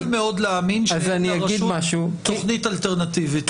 מאוד להאמין שיש לרשות תכנית אלטרנטיבית.